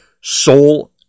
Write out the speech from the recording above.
soul